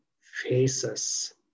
faces